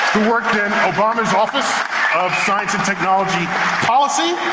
worked at obama's office of science and technology policy.